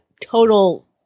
total